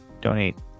donate